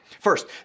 First